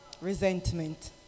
Resentment